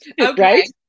Okay